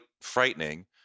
frightening